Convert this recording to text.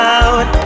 out